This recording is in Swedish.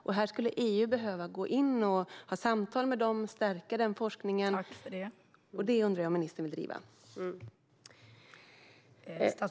EU skulle behöva gå in här, ha samtal med dem och stärka den forskningen. Jag undrar om ministern vill driva det.